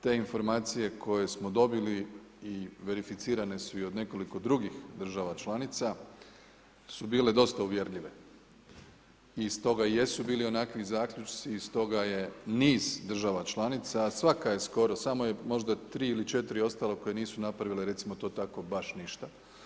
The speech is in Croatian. Te informacije koje smo dobili verificirane su i od nekoliko drugih država članica su bile dosta uvjerljive i stoga jesu bili onakvi zaključci i stoga je niz država članica, a svaka je skoro samo je možda tri ili četiri ostalo koje nisu napravile recimo to tako baš ništa.